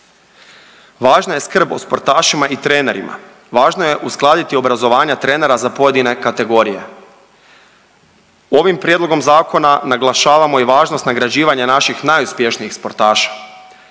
Važna je skrb o sportašima i trenerima, važno je uskladiti obrazovanja trenera za pojedine kategorije. Ovim prijedlogom zakona naglašavamo i važnost nagrađivanja naših najuspješnijih sportaša,